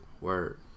Word